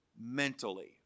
mentally